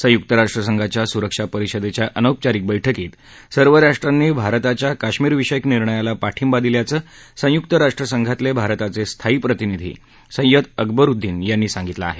संयुक्त राष्ट्रसंघाच्या सुरक्षा परिषदेच्या अनौपचारिक बैठकीत सर्व राष्ट्रांनी भारताच्या काश्मीरविषयक निर्णयाला पाठिंबा दिल्याचं संयुक्त राष्ट्रसंघातले भारताचे स्थायी प्रतिनिधी सय्यद अकबरुद्दीन यांनी सांगितलं आहे